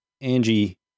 Angie